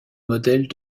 modèles